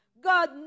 God